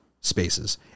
spaces